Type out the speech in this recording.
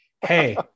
Hey